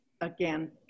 again